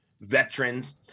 veterans